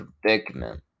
predicament